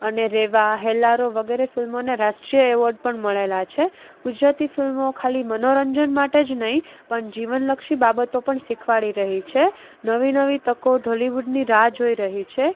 અને રેવા હેલ્લારો વગેરે ફિલ્મોને રાષ્ટ્રીય એવોર્ડ પણ મળેલા છે ગુજરાતી ફિલ્મો ખાલી મનોરંજન માટે જ નહીં પણ જીવનલક્ષી બાબતો પણ શીખવાડી રહી છે નવી નવી તકો ઢોલિવૂડની રાહ જોઈ રહી છે